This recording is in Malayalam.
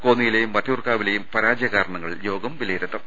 കോന്നിയിലേയും വട്ടിയൂർക്കാവിലേയും പരാജയകാരണ ങ്ങൾ യോഗം വിലയിരുത്തും